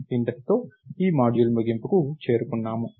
ఇంతటితో ఈ మాడ్యూల్ ముగింపుకు చేరుకున్నాము